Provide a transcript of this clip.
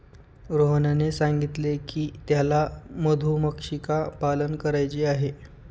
रोहनने सांगितले की त्याला मधुमक्षिका पालन करायचे आहे